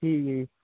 ਠੀਕ ਹੈ ਜੀ